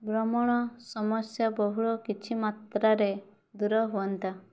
ଭ୍ରମଣ ସମସ୍ୟା ବହୁଳ କିଛି ମାତ୍ରାରେ ଦୂର ହୁଅନ୍ତା